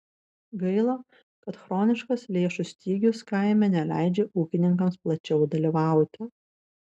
gaila kad chroniškas lėšų stygius kaime neleidžia ūkininkams plačiau dalyvauti